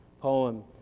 poem